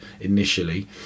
initially